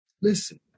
Listen